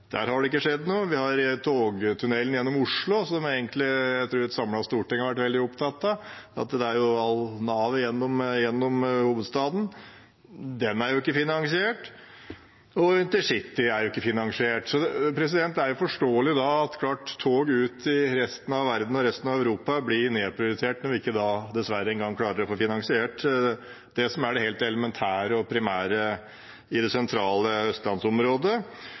Der har det ikke skjedd noe. Vi har togtunnelen gjennom Oslo, som jeg egentlig tror et samlet storting har vært veldig opptatt av, at det er et nav gjennom hovedstaden. Den er ikke finansiert, og intercity er ikke finansiert. Det er forståelig da at tog ut i resten av verden og resten av Europa blir nedprioritert, når vi dessverre ikke engang klarer å få finansiert det som er det helt elementære og primære i det sentrale østlandsområdet.